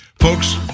Folks